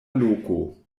loko